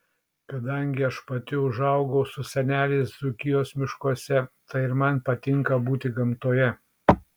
kadangi aš pati užaugau su seneliais dzūkijos miškuose tai ir man patinka būti gamtoje